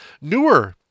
newer